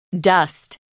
Dust